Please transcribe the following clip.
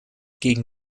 gegen